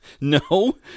No